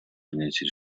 принятие